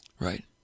right